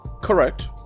correct